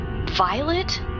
Violet